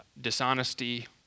dishonesty